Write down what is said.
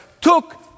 took